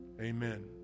Amen